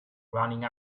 running